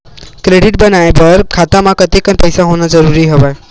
Credit बनवाय बर खाता म कतेकन पईसा होना जरूरी हवय?